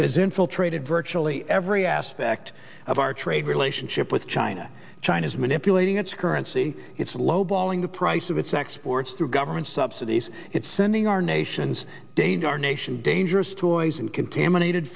has infiltrated virtually every aspect of our trade relationship with china china's manipulating its currency its low balling the price of its exports through government subsidies it's sending our nation's danger our nation dangerous toys and contaminated